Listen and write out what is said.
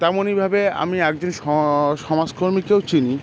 তেমনইভাবে আমি একজন স সমাজকর্মীকেও চিনি